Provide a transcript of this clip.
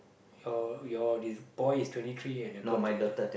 your your this boy's twenty three and the girl twenty seven